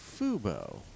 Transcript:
Fubo